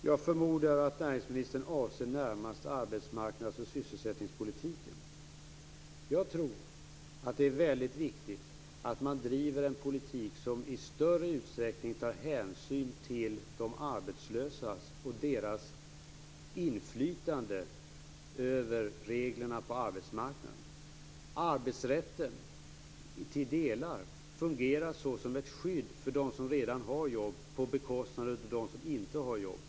Fru talman! Jag förmodar att näringsministern närmast avser arbetsmarknads och sysselsättningspolitiken. Jag tror att det är väldigt viktigt att man driver en politik som i större utsträckning tar hänsyn till de arbetslösa och deras inflytande över reglerna på arbetsmarknaden. Arbetsrätten fungerar till delar såsom ett skydd för dem som redan har jobb på bekostnad av dem som inte har jobb.